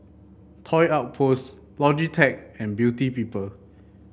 Toy Outpost Logitech and Beauty People